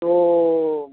तो